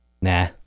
nah